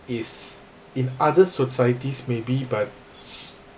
is in other societies may be but